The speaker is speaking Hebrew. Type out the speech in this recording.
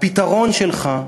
הפתרון שלך,